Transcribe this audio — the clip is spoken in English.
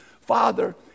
father